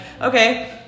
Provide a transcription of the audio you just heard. okay